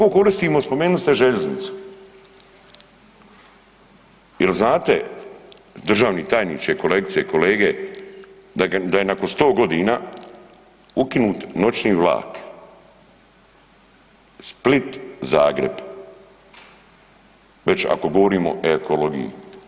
Koliko koristimo, spomenuli ste željeznicu, je li znate, državni tajniče, kolegice i kolege, da je nakon 100 godina ukinut noćni vlak Split-Zagreb, već ako govorimo o ekologiji.